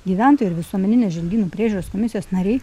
gyventojai ir visuomeninės želdynų priežiūros komisijos nariai